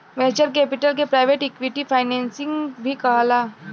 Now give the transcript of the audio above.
venture capital के private equity financing भी कहाला